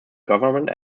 government